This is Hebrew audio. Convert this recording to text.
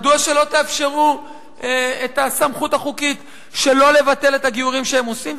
מדוע לא תאפשרו את הסמכות החוקית שלא לבטל את הגיורים שהם עושים?